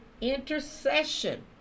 intercession